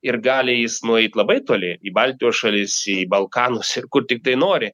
ir gali jis nueit labai toli į baltijos šalis balkanus ir kur tiktai nori